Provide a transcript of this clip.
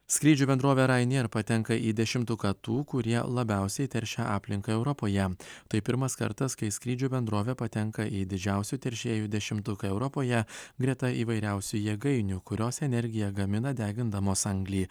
skrydžių bendrovė rainier patenka į dešimtuką tų kurie labiausiai teršia aplinką europoje tai pirmas kartas kai skrydžių bendrovė patenka į didžiausių teršėjų dešimtuką europoje greta įvairiausių jėgainių kurios energiją gamina degindamos anglį